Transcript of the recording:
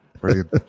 brilliant